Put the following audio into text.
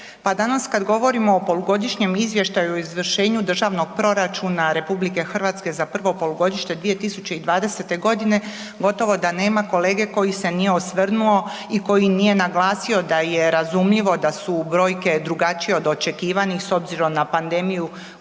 danas kada govorimo o Polugodišnjem izvještaju o izvršenju Državnog proračuna RH za prvo polugodište 2020. godine gotovo da nema kolege koji se nije osvrnuo i koji nije naglasio da je razumljivo da su brojke drugačije od očekivanih s obzirom na pandemiju